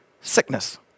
sickness